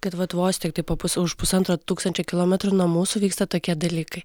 kad vos tiktai po pus už pusantro tūkstančio kilometrų nuo mūsų vyksta tokie dalykai